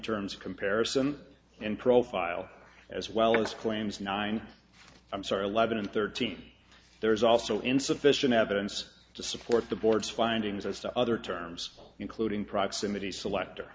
terms of comparison and profile as well as claims nine i'm sorry eleven and thirteen there's also insufficient evidence to support the board's findings as to other terms including proximity select